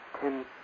ten